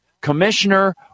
Commissioner